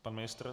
Pan ministr?